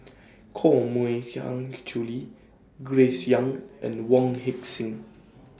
Koh Mui Hiang Julie Grace Young and Wong Heck Sing